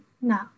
no